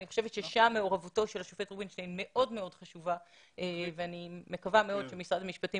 אני בטוחה שכבוד השופט רובינשטיין יסכים איתי,